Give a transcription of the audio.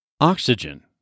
Oxygen